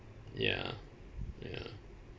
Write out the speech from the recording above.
ya ya